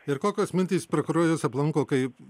ir kokios mintys prokurore jus aplanko kai